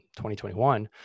2021